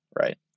Right